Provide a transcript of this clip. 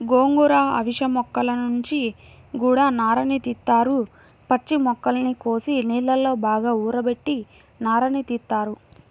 గోంగూర, అవిశ మొక్కల నుంచి గూడా నారని తీత్తారు, పచ్చి మొక్కల్ని కోసి నీళ్ళలో బాగా ఊరబెట్టి నారని తీత్తారు